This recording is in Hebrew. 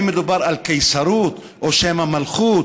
האם מדובר על קיסרות, או שמא מלכות?